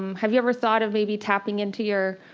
um have you ever thought of maybe tapping into your